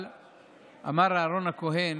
אבל אמר אהרן הכהן